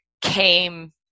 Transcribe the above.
came